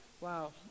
Wow